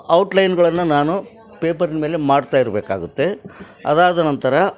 ಔಟ್ಲೈನ್ಗಳನ್ನು ನಾನು ಪೇಪರ್ನ ಮೇಲೆ ಮಾಡ್ತಾ ಇರಬೇಕಾಗುತ್ತೆ ಅದು ಆದ ನಂತರ